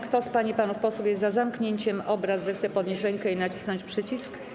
Kto z pań i panów posłów jest za zamknięciem obrad, zechce podnieść rękę i nacisnąć przycisk.